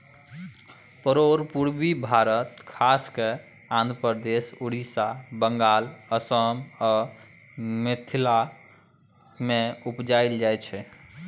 परोर पुर्वी भारत खास कय आंध्रप्रदेश, उड़ीसा, बंगाल, असम आ मिथिला मे उपजाएल जाइ छै